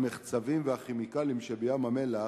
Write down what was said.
המחצבים והכימיקלים של ים-המלח,